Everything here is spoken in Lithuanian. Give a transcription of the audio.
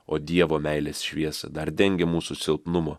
o dievo meilės šviesą dar dengia mūsų silpnumo